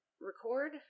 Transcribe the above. record